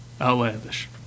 Outlandish